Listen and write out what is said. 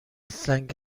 زنگ